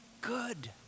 good